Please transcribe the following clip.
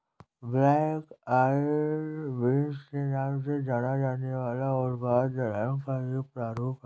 black eyed beans के नाम से जाना जाने वाला उत्पाद दलहन का एक प्रारूप है